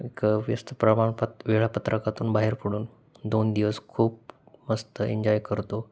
एक व्यस्त प्रमाण प वेळापत्रकातून बाहेर पडून दोन दिवस खूप मस्त एन्जॉय करतो